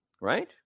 right